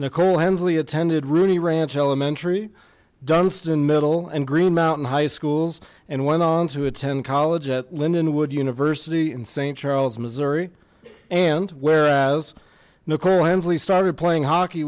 nicole hensley attended rooney ranch elementary dunstan middle and green mountain high school's and went on to attend college at lindenwood university in saint charles missouri and whereas nicole hensley started playing hockey